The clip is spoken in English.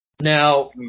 Now